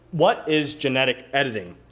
what is genetic editing?